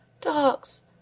Dogs